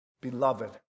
Beloved